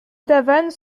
tavannes